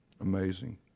Amazing